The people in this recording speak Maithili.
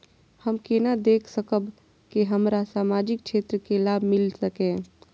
हम केना देख सकब के हमरा सामाजिक क्षेत्र के लाभ मिल सकैये?